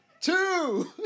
two